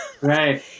Right